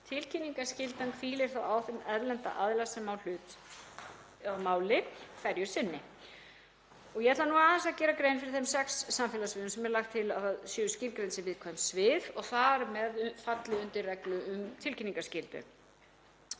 Tilkynningarskyldan hvílir þá á þeim erlenda aðila sem hlut á að máli hverju sinni. Ég ætla aðeins að gera grein fyrir þeim sex samfélagssviðum sem er lagt til að séu skilgreind sem viðkvæm svið og þar með falli undir reglu um tilkynningarskyldu.